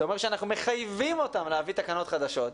זה אומר שאנחנו מחייבים אותם להביא תקנות חדשות,